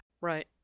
Right